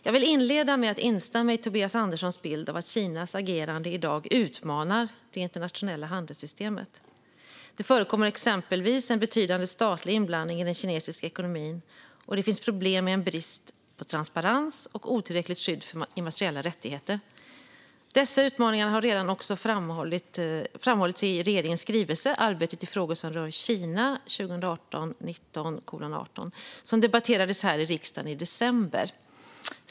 Jag vill inleda med att instämma i Tobias Anderssons bild av att Kinas agerande i dag utmanar det internationella handelssystemet. Det förekommer exempelvis en betydande statlig inblandning i den kinesiska ekonomin, och det finns problem med brist på transparens och otillräckligt skydd för immateriella rättigheter. Dessa utmaningar har också redan framhållits i regeringens skrivelse Arbetet i frågor som rör Kina , som debatterades här i riksdagen i december.